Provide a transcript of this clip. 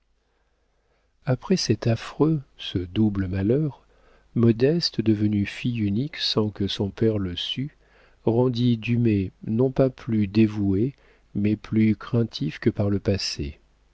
après cet affreux ce double malheur modeste devenue fille unique sans que son père le sût rendit dumay non pas plus dévoué mais plus craintif que par le passé